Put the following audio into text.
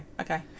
Okay